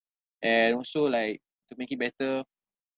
and also like to make it better